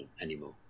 anymore